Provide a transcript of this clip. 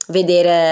vedere